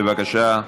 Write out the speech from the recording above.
בבקשה,